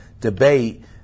debate